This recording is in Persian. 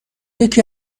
یکی